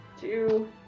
two